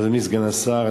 אדוני סגן השר,